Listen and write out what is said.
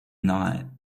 night